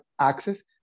access